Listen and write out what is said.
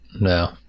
no